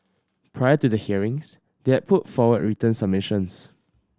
prior to the hearings they had put forward written submissions